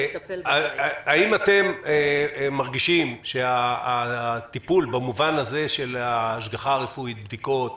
האם אתם מרגישים שהטיפול במובן הזה של ההשגחה הרפואית בדיקות,